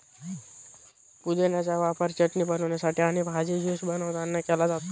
पुदिन्याचा वापर चटणी बनवण्यासाठी आणि भाजी, ज्यूस बनवतांना केला जातो